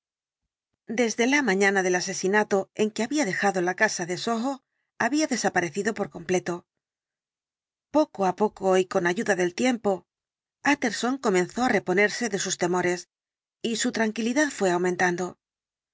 desde la mañana del asesinato en que había dejado la casa de soho había desaparecido por completo poco á poco y con ayuda del tiempo utterson comenzó á notable incidente del dr lanyón reponerse de sus temores y su tranquilidad fué aumentando